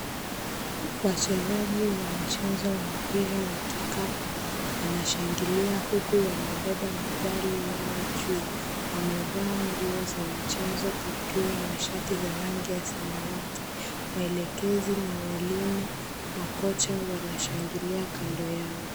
Wachezaji wa mchezo wa mpira wa kikapu wanashangilia huku wamebeba medali yao juu. Wamevaa nguo za mchezo, kaptura na shati za rangi ya samawati. Waelekezi na walimu, makocha wanashangilia kando yao.